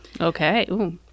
okay